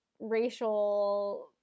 Racial